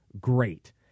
great